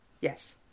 yes